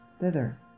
thither